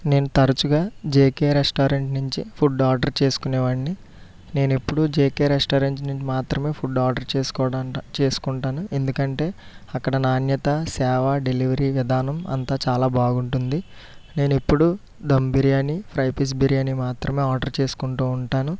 నేను తరచుగా JK restaurant నుంచి ఫుడ్ ఆర్డర్ చేసుకునేవాడ్ని నేనెప్పుడు జేకే రెస్టారెంట్ నుంచి మాత్రమే ఫుడ్ ఆర్డర్ చేసుకోవడం చేసుకుంటాను ఎందుకంటే అక్కడ నాణ్యత సేవా డెలివరీ విధానం అంతా చాలా బాగుంటుంది నేనెప్పుడు దమ్ బిర్యానీ ఫ్రై పీస్ బిర్యానీ మాత్రమే ఆర్డర్ చేసుకుంటు ఉంటాను